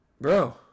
bro